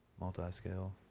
Multi-scale